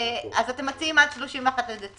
אתם מציעים עד 31 בדצמבר.